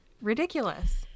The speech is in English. ridiculous